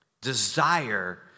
Desire